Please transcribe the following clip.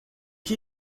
qui